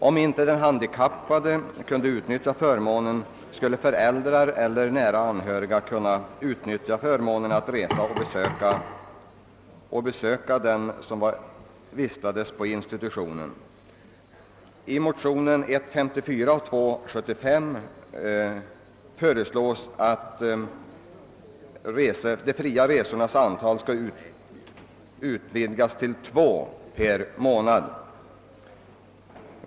Om den handikappade inte själv kan utnyttja denna förmån skall föräldrar eller nära anhöriga kunna göra det i stället och besöka den handikappade på institutionen. I de likalydande motionerna I: 54 och II: 75 har föreslagits att antalet sådana fria resor skulle ökas till två per månad.